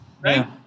right